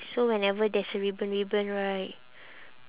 so whenever there's a ribbon ribbon right